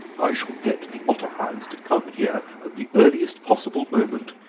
i shall get the otter hounds to come here at the earliest possible moment,